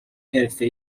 حرفه